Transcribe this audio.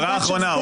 והערה אחרונה.